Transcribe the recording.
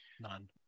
None